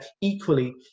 equally